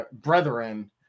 brethren